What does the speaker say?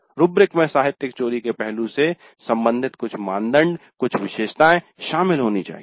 rubric में साहित्यिक चोरी के पहलू से संबंधित कुछ मानदंडकुछ विशेषताएं शामिल होनी चाहिए